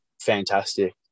fantastic